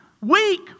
Weak